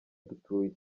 dutuye